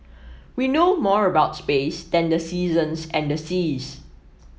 we know more about space than the seasons and the seas